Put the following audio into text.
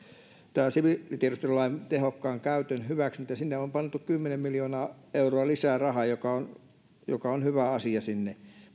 siviilitiedustelulain tehokkaan käytön mahdollistaminen sinne on pantu kymmenen miljoonaa euroa lisää rahaa joka on hyvä asia sinne